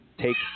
take